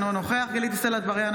אינו נוכח גלית דיסטל אטבריאן,